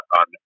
on